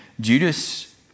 Judas